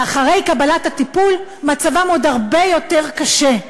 ואחרי קבלת הטיפול מצבם עוד הרבה יותר קשה.